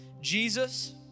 Jesus